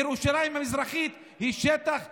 ירושלים המזרחית היא שטח כבוש.